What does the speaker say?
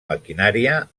maquinària